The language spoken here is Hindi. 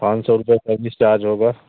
पांच सौ रुपए सर्विस चार्ज होगा